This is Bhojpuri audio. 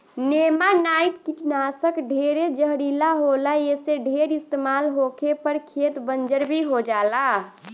नेमानाइट कीटनाशक ढेरे जहरीला होला ऐसे ढेर इस्तमाल होखे पर खेत बंजर भी हो जाला